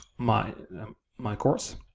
my my course.